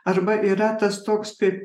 arba yra tas toks kaip